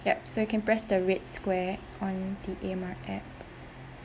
yup so you can press the red square on the A_M_R app